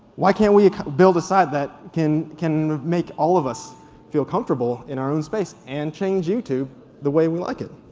why can't we build a site that can can make all of us feel comfortable in our own space, and change youtube the way we like it?